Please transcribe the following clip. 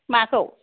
माखौ